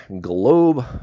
globe